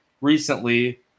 recently